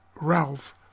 Ralph